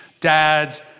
dads